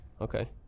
Okay